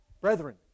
brethren